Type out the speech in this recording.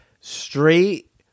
straight